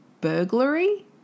burglary